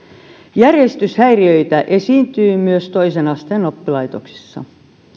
järjestyshäiriöitä esiintyy myös toisen asteen oppilaitoksissa